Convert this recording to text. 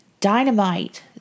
Dynamite